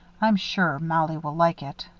i'm sure mollie will like it.